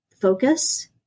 focus